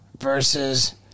versus